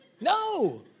No